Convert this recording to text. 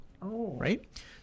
Right